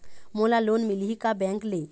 मोला लोन मिलही का बैंक ले?